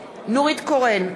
קורן,